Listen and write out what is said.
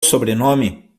sobrenome